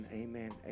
amen